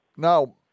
Now